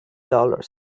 dollars